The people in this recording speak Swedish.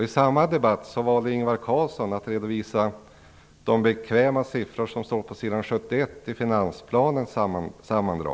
I samma debatt valde Ingvar Carlsson att redovisa de bekväma siffror som står på s. 71 i sammandraget i finansplanen.